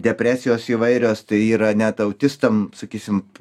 depresijos įvairios tai yra net autistam sakysim